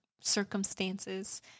circumstances